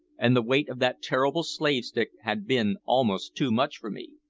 and the weight of that terrible slave-stick had been almost too much for me.